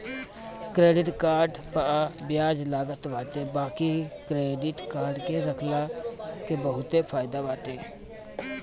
credit card पअ बियाज लागत बाटे बाकी क्क्रेडिट कार्ड के रखला के बहुते फायदा बाटे